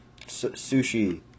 sushi